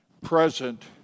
present